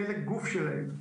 חלק מגופם.